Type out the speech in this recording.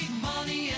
money